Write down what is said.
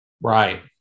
right